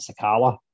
Sakala